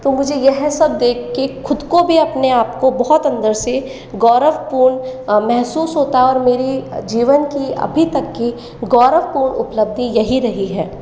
तो मुझे यह सब देखके खुद को भी अपने आप को बहुत अंदर से गौरवपूर्ण महसूस होता है और मेरी जीवन की अभी तक की गौरवपूर्ण उपलब्धि यही रही है